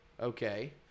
okay